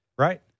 Right